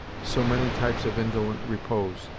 so many types of indolent repose.